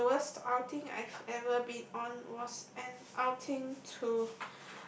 the the worst outing I've ever been on was an outing to